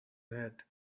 head